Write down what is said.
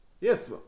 yes